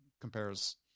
compares